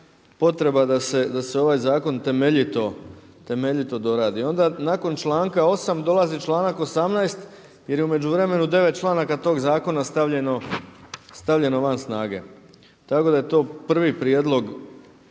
potreba da se ovaj zakon temeljito doradi. Onda nakon članka 8. dolazi članak 18. jer je u međuvremenu 9 članaka tog zakona stavljeno van snage. Tako da je to prvi prijedlog